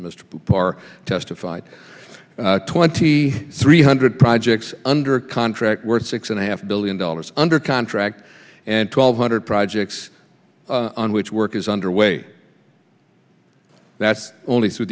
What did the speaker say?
parr testified twenty three hundred projects under contract worth six and a half billion dollars under contract and twelve hundred projects on which work is underway that's only through